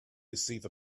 receive